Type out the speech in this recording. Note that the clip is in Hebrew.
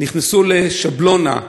נכנסו לשבלונה,